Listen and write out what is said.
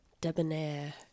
debonair